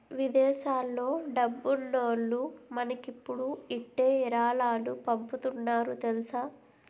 విదేశాల్లో డబ్బున్నోల్లు మనకిప్పుడు ఇట్టే ఇరాలాలు పంపుతున్నారు తెలుసా